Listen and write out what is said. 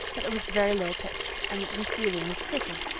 that it was very low pitched, and that the ceiling was crooked.